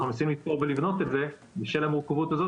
אנחנו מנסים לבנות את זה בשל המורכבות הזאת